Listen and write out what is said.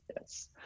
yes